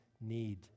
need